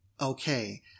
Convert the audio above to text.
Okay